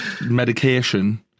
medication